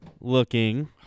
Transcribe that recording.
Looking